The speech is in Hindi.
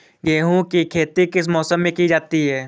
गेहूँ की खेती किस मौसम में की जाती है?